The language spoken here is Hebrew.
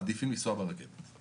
מעדיפים לנסוע ברכבת כי